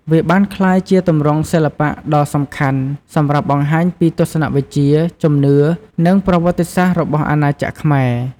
វាបានក្លាយជាទម្រង់សិល្បៈដ៏សំខាន់សម្រាប់បង្ហាញពីទស្សនៈវិជ្ជា ជំនឿ និងប្រវត្តិសាស្ត្ររបស់អាណាចក្រខ្មែរ។